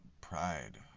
pride